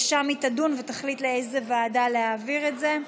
ושם היא תדון ותחליט לאיזו ועדה להעביר את זה.